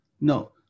No